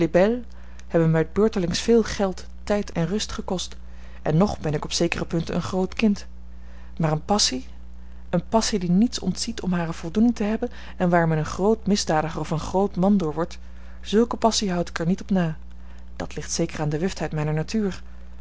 hebben mij beurtelings veel geld tijd en rust gekost en nog ben ik op zekere punten een groot kind maar een passie eene passie die niets ontziet om hare voldoening te hebben en waar men een groot misdadiger of een groot man door wordt zulke passie houd ik er niet op na dat ligt zeker aan de wuftheid mijner natuur